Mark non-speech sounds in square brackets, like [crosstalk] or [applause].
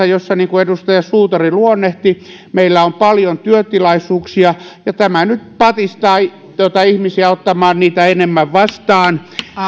[unintelligible] jossa niin kuin edustaja suutari luonnehti meillä on paljon työtilaisuuksia ja tämä nyt patistaa ihmisiä ottamaan niitä enemmän vastaan